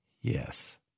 Yes